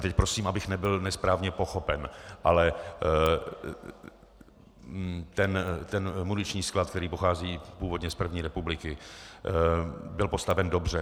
Teď prosím, abych nebyl nesprávně pochopen, ale ten muniční sklad, který pochází původně z první republiky, byl postaven dobře.